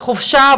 חופשה,